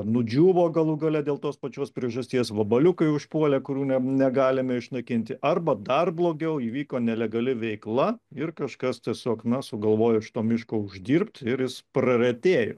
nudžiūvo galų gale dėl tos pačios priežasties vabaliukai užpuolė kurių negalime išnaikinti arba dar blogiau įvyko nelegali veikla ir kažkas tiesiog na sugalvojo iš to miško uždirbt ir jis praretėjo